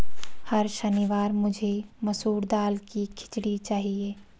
हर शनिवार मुझे मसूर दाल की खिचड़ी चाहिए